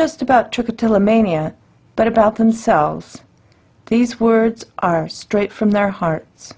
just about to tell a mania but about themselves these words are straight from their heart